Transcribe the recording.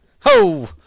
Ho